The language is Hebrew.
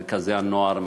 מרכזי הנוער,